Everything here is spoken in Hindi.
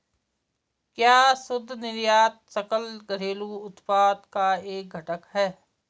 क्या शुद्ध निर्यात सकल घरेलू उत्पाद का एक घटक है?